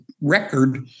record